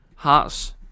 Hearts